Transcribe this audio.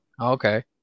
Okay